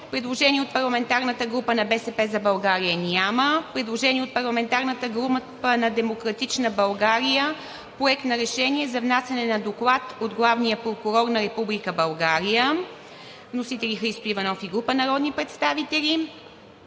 Предложение от парламентарната група на „БСП за България“ няма. 2. Предложение от парламентарната група на „Демократична България“: Проект на решение за внасяне на доклад от Главния прокурор на Република България. Вносители – Христо Иванов и група народни представители.